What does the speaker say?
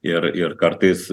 ir ir kartais